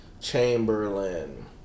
Chamberlain